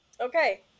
Okay